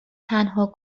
تنها